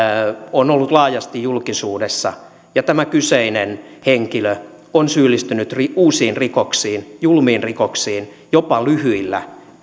on ollut laajasti julkisuudessa ja tämä kyseinen henkilö on syyllistynyt uusiin rikoksiin julmiin rikoksiin jopa lyhyillä